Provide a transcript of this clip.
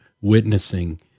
witnessing